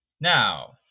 Now